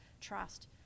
trust